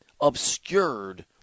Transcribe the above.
obscured